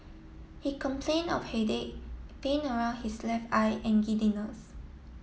he complain of headache pain around his left eye and giddiness